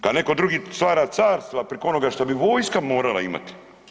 Kad netko drugi stvara carstva priko onoga što bi vojska morala imati.